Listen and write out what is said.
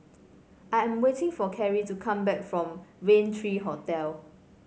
I am waiting for Carri to come back from Rain three Hotel